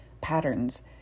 patterns